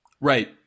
Right